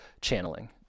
channeling